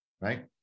right